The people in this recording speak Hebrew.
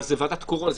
אבל זה ועדת קורונה.